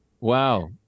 Wow